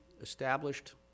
established